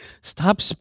Stop